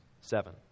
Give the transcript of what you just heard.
seven